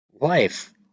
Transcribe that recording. life